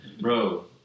Bro